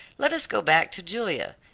let us go back to julia.